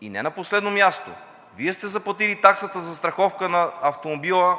И не на последно място, Вие сте заплатили таксата застраховка на автомобила